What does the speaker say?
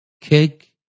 cake